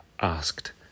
asked